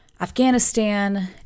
Afghanistan